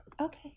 Okay